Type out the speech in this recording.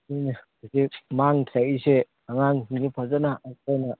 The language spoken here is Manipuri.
ꯎꯝ ꯍꯧꯖꯤꯛ ꯃꯥꯡꯊꯔꯛꯏꯁꯦ ꯑꯉꯥꯡꯁꯤꯡꯁꯤ ꯐꯖꯅ ꯑꯩꯈꯣꯏꯅ